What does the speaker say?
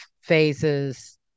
phases